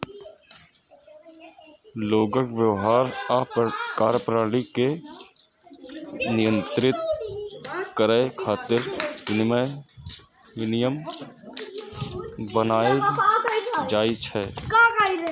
लोगक व्यवहार आ कार्यप्रणाली कें नियंत्रित करै खातिर विनियम बनाएल जाइ छै